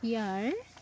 ইয়াৰ